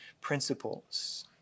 principles